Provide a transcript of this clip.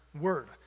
word